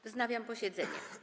Wznawiam posiedzenie.